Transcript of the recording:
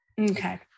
Okay